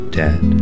dead